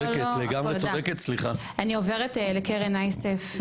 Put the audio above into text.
אני עוברת לקרן אייסף,